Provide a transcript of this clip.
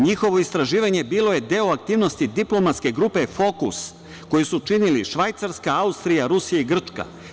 NJihovo istraživanje bilo je deo aktivnosti diplomatske grupe Fokus, koju su činili Švajcarska, Austrija, Rusija i Grčka.